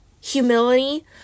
humility